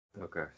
Okay